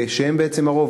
בעצם הרוב,